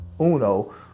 uno